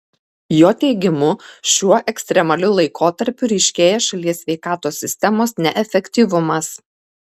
jo teigimu šiuo ekstremaliu laikotarpiu ryškėja šalies sveikatos sistemos neefektyvumas